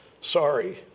Sorry